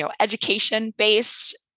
education-based